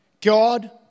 God